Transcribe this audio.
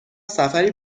سفری